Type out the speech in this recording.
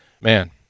man